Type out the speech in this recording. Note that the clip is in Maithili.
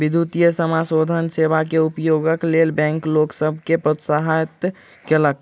विद्युतीय समाशोधन सेवा के उपयोगक लेल बैंक लोक सभ के प्रोत्साहित कयलक